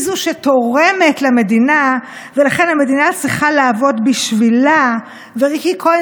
היא זאת שתורמת למדינה ולכן המדינה צריכה לעבוד בשבילה וריקי כהן